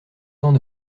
temps